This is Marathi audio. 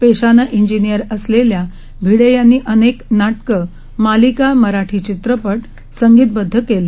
पेशानंइंजिनिअरअसले ल्याभिडेयांनीअनेकनाटकं मालिका मराठीचित्रपटसंगीतबद्धकेले